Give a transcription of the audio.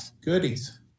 Goodies